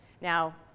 Now